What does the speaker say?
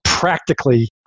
Practically